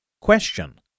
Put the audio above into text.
Question